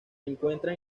encuentran